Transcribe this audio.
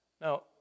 Now